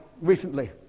recently